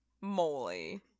moly